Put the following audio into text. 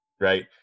right